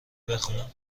بخون